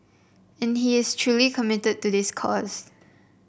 and he is truly committed to this cause